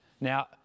Now